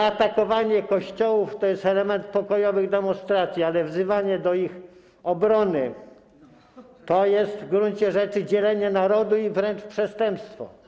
Atakowanie kościołów to jest element pokojowych demonstracji, ale wzywanie do ich obrony to jest w gruncie rzeczy dzielenie narodu i wręcz przestępstwo.